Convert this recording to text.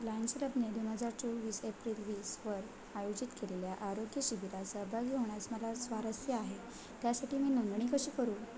Lions लबने दोन हजार चोवीस एप्रिल वीसवर आयोजित केलेल्या आरोग्यशिबिरात सहभागी होण्यास मला स्वारस्य आहे त्यासाठी मी नोंदणी कशी करू